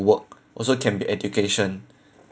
work also can be education